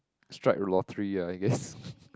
strike lottery I guess